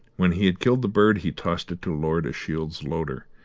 when he had killed the bird he tossed it to lord ashiel's loader,